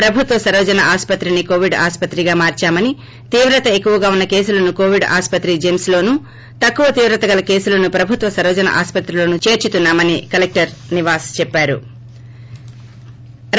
ప్రభుత్వ సర్వజన ఆసుపత్రి ని కోవిడ్ ఆసుపత్రిగా మార్చామని తీవ్రత ఎక్కువగా ఉన్న కేసులను కోవిడ్ ఆసుపత్రి జెమ్స్ లోను తక్కువ తీవ్రత గల కేసులను ప్రభుత్వ సర్వజన ఆసుపత్రిలో చేర్చుతున్నా మని కలెక్టర్ నివాస్ చెప్పారు